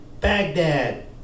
Baghdad